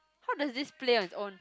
how does this play on it's own